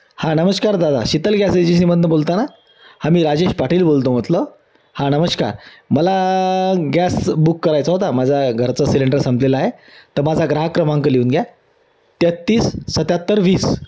हां नमस्कार दादा शीतल गॅस एजन्सीमधून बोलता ना हां मी राजेश पाटील बोलतो म्हटलं हां नमस्कार मला गॅस बुक करायचा होता माझा घरचा सिलेंडर संपलेला आहे तर माझा ग्राहक क्रमांक लिहून घ्या तेहतीस सत्याहत्तर वीस